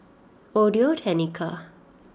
Audio Technica